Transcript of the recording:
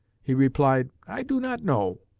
he replied, i do not know.